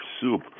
soup